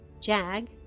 Jag